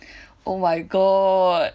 oh my god